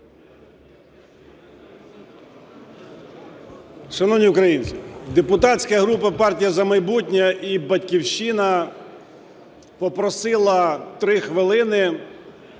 Шановні українці, депутатська група "Партія "За майбутнє" і "Батьківщина" попросили три хвилини